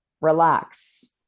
relax